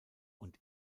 und